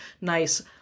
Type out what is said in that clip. nice